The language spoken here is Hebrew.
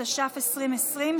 התש"ף 2020,